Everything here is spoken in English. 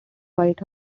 white